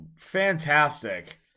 fantastic